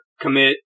commit